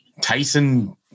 Tyson